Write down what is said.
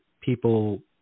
people